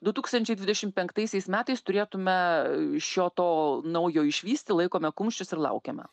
du tūkstančiai dvidešim penktaisiais metais turėtume šio to naujo išvysti laikome kumščius ir laukiame